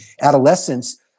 adolescence